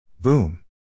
Boom